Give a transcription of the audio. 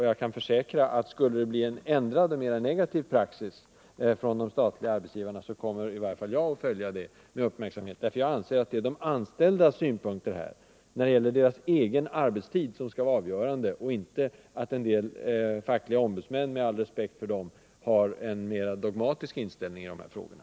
Jag kan försäkra att skulle det bli en ändrad och mer negativ praxis bland de statliga arbetsgivarna, så kommer i varje fall jag att följa den utvecklingen med uppmärksamhet. bete Jag anser att det är de anställdas synpunkter när det gäller deras egen arbetstid som skall vara avgörande och inte det förhållandet att en del fackliga ombudsmän har en dogmatisk inställning i denna fråga.